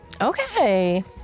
Okay